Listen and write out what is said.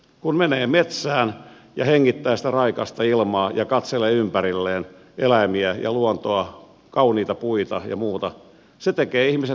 kun menee metsään ja hengittää sitä raikasta ilmaa ja katselee ympärilleen eläimiä ja luontoa kauniita puita ja muuta se tekee ihmiset onnellisiksi